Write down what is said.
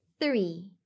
three